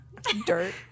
Dirt